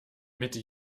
mitte